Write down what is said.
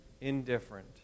indifferent